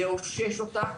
לאושש אותה,